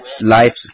Life